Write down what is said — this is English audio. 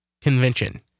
convention